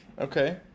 Okay